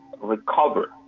recover